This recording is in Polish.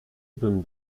bym